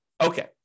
Okay